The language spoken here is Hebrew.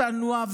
צנוע,